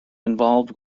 involved